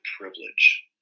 privilege